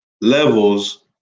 levels